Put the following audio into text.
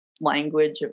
language